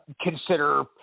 consider